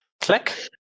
click